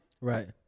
right